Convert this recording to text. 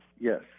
yes